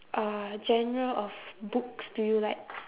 uh genre of books do you like